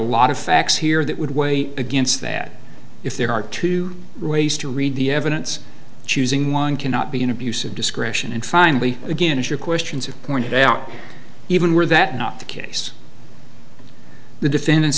lot of facts here that would weigh against that if there are two ways to read the evidence choosing one cannot be an abuse of discretion and finally again if your questions have pointed out even were that not the case the